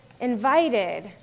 invited